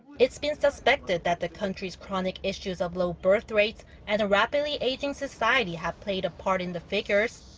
it's been suspected that the country's chronic issues of low birthrates and a rapidly aging society have played a part in the figures.